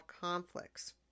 conflicts